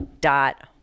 dot